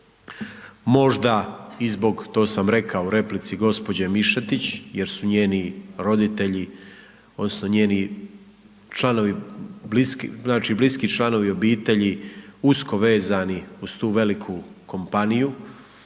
Možda i zbog to sam rekao i u replici gđe. Mišetić, jer su njeni roditelji, odnosno, njeni članovi, znači bliski članovi obitelji, usko vezani uz tu veliku kompaniju,